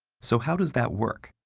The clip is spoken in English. so how does that work?